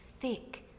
thick